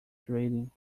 greeting